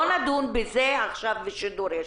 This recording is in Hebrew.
לא נדון בזה עכשיו בשידור ישיר.